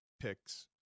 picks